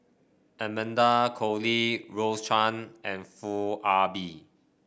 Amanda Koe Lee Rose Chan and Foo Ah Bee